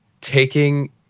taking